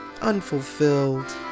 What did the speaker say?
Unfulfilled